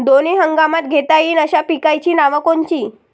दोनी हंगामात घेता येईन अशा पिकाइची नावं कोनची?